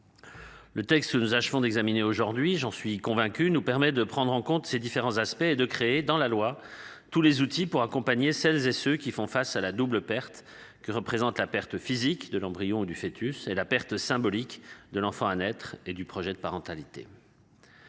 Le texte que nous achevons d'examiner aujourd'hui j'en suis convaincu, nous permet de prendre en compte ces différents aspects et de créer dans la loi tous les outils pour accompagner celles et ceux qui font face à la double perte que représente la perte physique de l'embryon ou du foetus et la perte symbolique de l'enfant à naître et du projet de parentalité.